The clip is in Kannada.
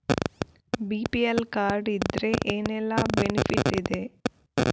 ಬಿ.ಪಿ.ಎಲ್ ಕಾರ್ಡ್ ಇದ್ರೆ ಏನೆಲ್ಲ ಬೆನಿಫಿಟ್ ಇದೆ?